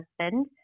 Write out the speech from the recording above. husband